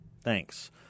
Thanks